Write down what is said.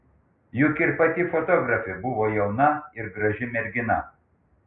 juk ir pati fotografė buvo jauna ir graži mergina